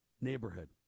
neighborhood